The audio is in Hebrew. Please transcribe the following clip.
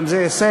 גם זה הישג,